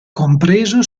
compreso